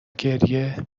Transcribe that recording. گریه